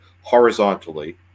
horizontally